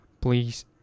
please